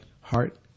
heart